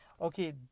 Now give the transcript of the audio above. Okay